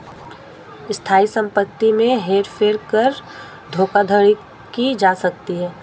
स्थायी संपत्ति में हेर फेर कर धोखाधड़ी की जा सकती है